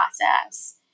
process